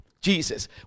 Jesus